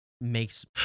makes